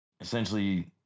essentially